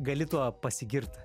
gali tuo pasigirt